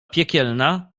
piekielna